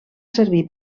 servir